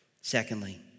Secondly